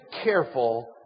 careful